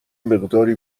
مقداری